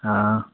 हँ